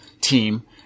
team